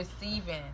receiving